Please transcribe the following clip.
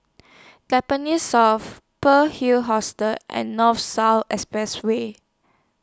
Tampines South Pearl's Hill Hostel and North South Expressway